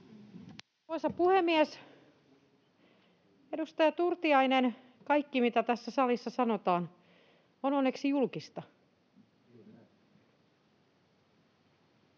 Edustaja Turtiainen, kaikki, mitä tässä salissa sanotaan, on onneksi julkista.